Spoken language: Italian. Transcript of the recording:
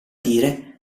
dire